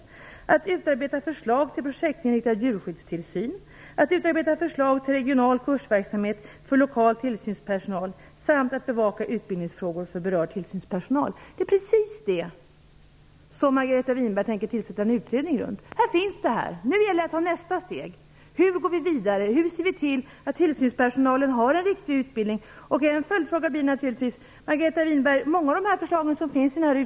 Vidare skulle utredningen utarbeta förslag till projektinriktad djurskyddstillsyn, utarbeta förslag till regional kursverksamhet för lokal tillsynspersonal och att bevaka utbildningsfrågor för berörd tillsynspersonal. Det precis dessa frågor som Margareta Winberg tänker tillsätta en utredning för. Detta material finns alltså, och nu gäller det att ta nästa steg. Hur skall vi gå vidare, och skall vi se till att tillsynspersonalen har en riktig utbildning? Många av förslagen i det här utredningsbetänkandet är mycket bra.